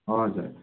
हजुर